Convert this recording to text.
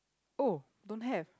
oh don't have